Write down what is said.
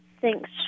Thanks